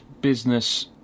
business